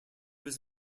was